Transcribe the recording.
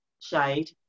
shade